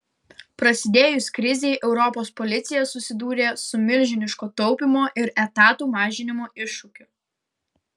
prasidėjus krizei europos policija susidūrė su milžiniško taupymo ir etatų mažinimo iššūkiu